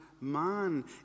man